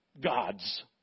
gods